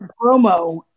promo